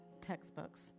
textbooks